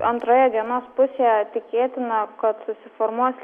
antroje dienos pusėje tikėtina kad susiformuos